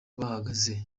bahagaze